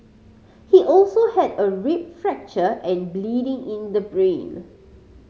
he also had a rib fracture and bleeding in the brain